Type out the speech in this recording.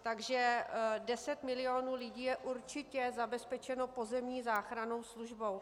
Takže deset milionů lidí je určitě zabezpečeno pozemní záchrannou službou.